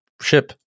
ship